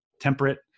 temperate